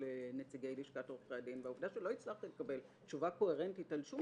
נציגי לשכת עורכי הדיו והעובדה שלא הצלחתי לקבל תשובה קוהרנטית על שום